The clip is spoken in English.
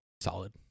Solid